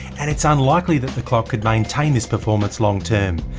and its unlikely that the clock could maintain this performance long term,